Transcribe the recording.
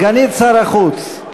סגנית שר החוץ.